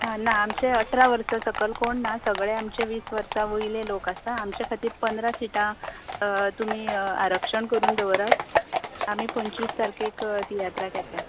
हां ना आमचे आठरा वर्सां सकयल कोण ना सगळे आमचे वीस वर्सा वयले लोक आसा आमचे खातीर पंदरा सिटां तुमी आरक्षण करून दवरात आमी पंचवीस तारकेक तियात्राक येतात